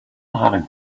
having